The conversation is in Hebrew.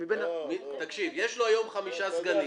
יש לו היום חמישה סגנים.